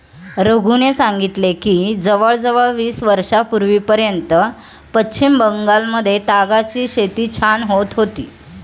रघूने सांगितले की जवळजवळ वीस वर्षांपूर्वीपर्यंत पश्चिम बंगालमध्ये तागाची शेती छान होत होती